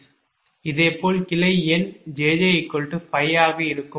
இதேபோல் கிளை எண் jj 5 ஆக இருக்கும்போது